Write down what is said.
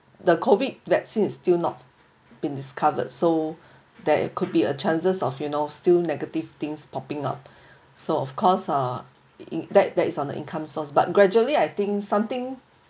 the COVID vaccine is still not been discovered so that it could be a chances of you know still negative things popping up so of course ah in that that is on the income source but gradually I think something